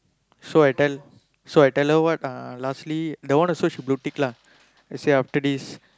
so I tell so I tell her what lah lastly that one also she blue tick lah let's say after this